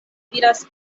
vidas